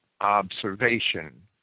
observation